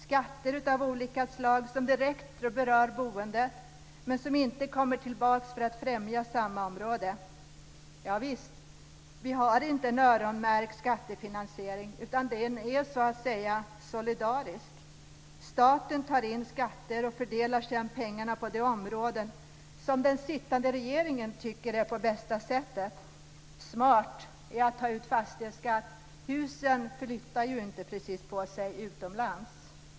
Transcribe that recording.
Skatter av olika slag finns som direkt berör boendet men som inte kommer tillbaka för att främja samma område. Vi har inte en öronmärkt skattefinansiering, utan den är så att säga solidarisk. Staten tar in skatter och fördelar sedan pengarna på de områden som den sittande regeringen tycker är på bästa sätt. Det är smart att ta ut fastighetsskatt. Husen flyttar ju inte precis utomlands.